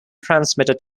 transmitter